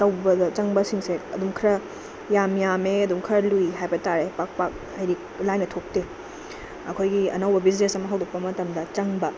ꯇꯧꯕꯗ ꯆꯪꯕꯁꯤꯡꯁꯦ ꯑꯗꯨꯝ ꯈꯔ ꯌꯥꯝ ꯌꯥꯝꯃꯦ ꯑꯗꯨꯝ ꯈꯔ ꯂꯨꯏ ꯍꯥꯏꯕꯇꯥꯔꯦ ꯄꯥꯛ ꯄꯥꯛ ꯍꯥꯏꯗꯤ ꯂꯥꯏꯅ ꯊꯣꯛꯇꯦ ꯑꯩꯈꯣꯏꯒꯤ ꯑꯅꯧꯕ ꯕꯤꯖꯤꯅꯦꯁ ꯑꯃ ꯍꯧꯗꯣꯛꯄ ꯃꯇꯝꯗ ꯆꯪꯕ